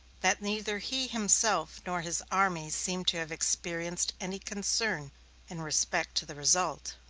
that neither he himself nor his army seem to have experienced any concern in respect to the result.